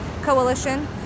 coalition